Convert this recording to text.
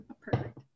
Perfect